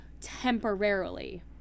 Temporarily